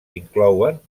inclouen